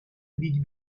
بیگ